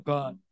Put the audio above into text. God